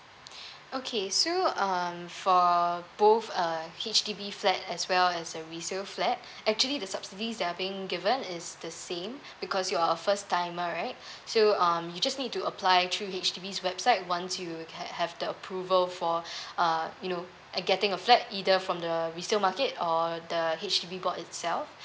okay so um for both uh H_D_B flat as well as a resale flat actually the subsidies that are being given is the same because you are a first timer right so um you just need to apply through H_D_B website once you can have the approval for uh you know uh getting a flat either from the resale market or the H_D_B board itself